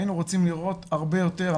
היינו רוצים לראות הרבה יותר.